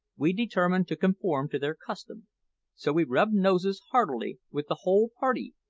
we determined to conform to their custom so we rubbed noses heartily with the whole party,